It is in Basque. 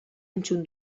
entzun